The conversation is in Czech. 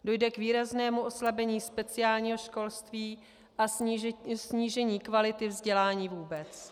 Dojde k výraznému oslabení speciálního školství a snížení kvality vzdělání vůbec.